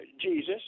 Jesus